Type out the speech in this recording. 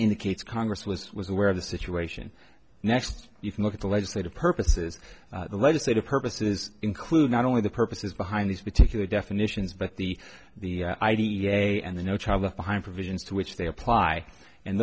indicates congress was was aware of the situation next you can look at the legislative purposes the legislative purposes include not only the purposes behind these particular definitions but the the i d e a and the no child left behind provisions to which they apply and